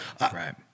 Right